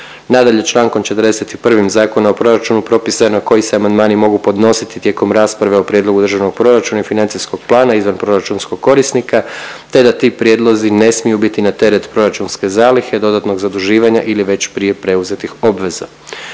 Nadalje, čl. 41. Zakona o proračunu propisano je koji se amandmani mogu podnositi tijekom rasprave o prijedlogu državnog proračuna i financijskog plana izvanproračunskog korisnika te da ti prijedlozi ne smiju biti na teret proračunske zalihe, dodatnog zaduživanja ili već prije preuzetih obveza.